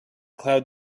cloud